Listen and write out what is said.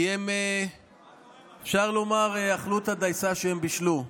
כי אפשר לומר שהם אכלו את הדייסה שהם בישלו.